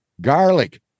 garlic